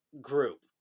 group